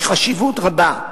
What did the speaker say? יש חשיבות רבה,